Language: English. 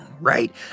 right